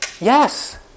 Yes